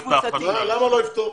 למה לא יפתור?